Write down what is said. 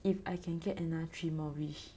if I can get another three more wish